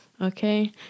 Okay